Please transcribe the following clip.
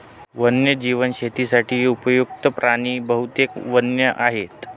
वन्यजीव शेतीसाठी उपयुक्त्त प्राणी बहुतेक वन्य आहेत